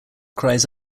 cries